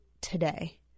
today